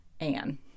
Anne